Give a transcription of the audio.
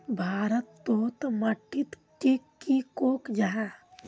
भारत तोत माटित टिक की कोहो जाहा?